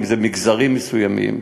אם זה מגזרים מסוימים,